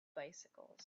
bicycles